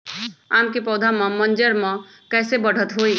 आम क पौधा म मजर म कैसे बढ़त होई?